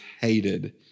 hated